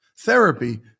Therapy